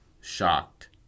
Shocked